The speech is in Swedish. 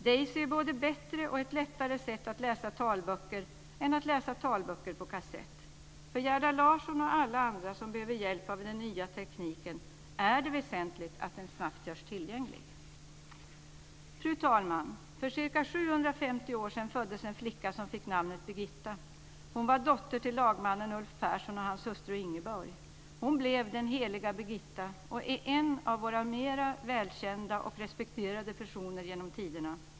Daisy är både ett bättre och lättare sätt att läsa talböcker än att läsa talböcker på kassett. För Gerda Larsson och alla andra som behöver hjälp av den nya tekniken är det väsentligt att den snabbt görs tillgänglig. Fru talman! För ca 750 år sedan föddes en flicka som fick namnet Birgitta. Hon var dotter till lagmannen Ulf Persson och hans hustru Ingeborg. Hon blev den heliga Birgitta och är en av våra mer välkända och respekterade personer genom tiderna.